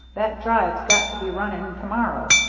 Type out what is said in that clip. that drive's got to be running to-morrow